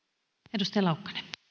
arvoisa rouva